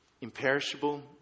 imperishable